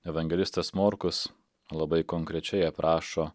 evangelistas morkus labai konkrečiai aprašo